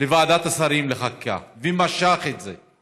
בוועדת השרים לחקיקה ומשך את זה,